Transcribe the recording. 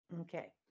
Okay